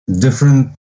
different